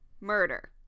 murder